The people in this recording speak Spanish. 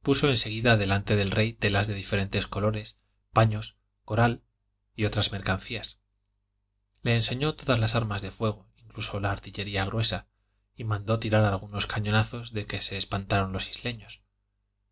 puso en seguida delante del rey telas de diferentes colores paños coral y otras mercancías le enseñó todas las armas de fuego incluso la artillería gruesa y mandó tirar algunos cañonazos de que se espantaron los isleños